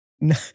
No